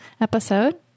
episode